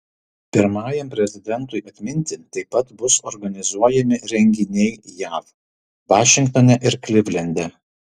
pirmajam prezidentui atminti taip pat bus organizuojami renginiai jav vašingtone ir klivlende